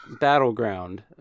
battleground